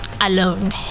alone